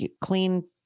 clean